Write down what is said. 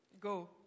go